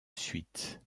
suite